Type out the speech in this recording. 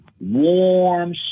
warm